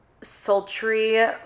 sultry